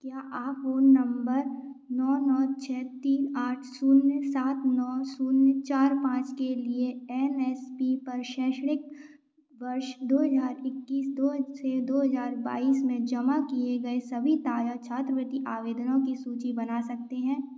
क्या आप phone number नौ नौ छः तीन आठ शून्य सात नौ शून्य चार पाँच के लिए एन एस पी पर शैक्षणिक वर्ष दो हज़ार इक्कीस दो दो हज़ार बाईस में जमा किए गए सभी ताज़ा छात्रवृत्ति आवेदनों की सूची बना सकते हैं